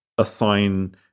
assign